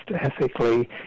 ethically